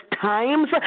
times